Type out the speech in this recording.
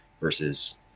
versus